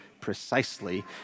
precisely